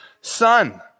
son